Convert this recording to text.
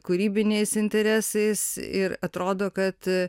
kūrybiniais interesais ir atrodo kad